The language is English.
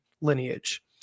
lineage